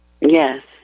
Yes